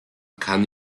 kann